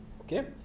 okay